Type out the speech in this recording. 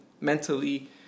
mentally